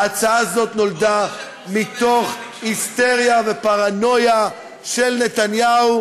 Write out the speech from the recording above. ההצעה הזאת נולדה מתוך היסטריה ופרנויה של נתניהו,